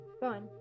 Fine